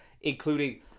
including